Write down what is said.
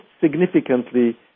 significantly